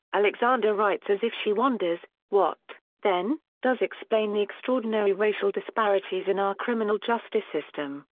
alexander writes as if she wonders what, then, does explain the extraordinary racial disparities in our criminal justice system?